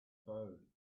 phone